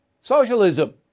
Socialism